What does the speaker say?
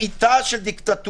זאת --- מבעיתה של דיקטטורה.